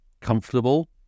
comfortable